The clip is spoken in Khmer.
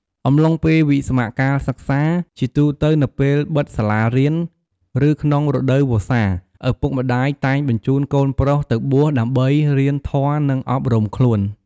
អំឡុងពេលវិស្សមកាលសិក្សា ជាទូទៅនៅពេលបិទសាលារៀន ឬក្នុងរដូវវស្សា ឪពុកម្ដាយតែងបញ្ជូនកូនប្រុសទៅបួសដើម្បីរៀនធម៌ និងអប់រំខ្លួន។